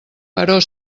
però